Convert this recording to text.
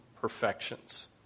perfections